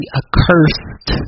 accursed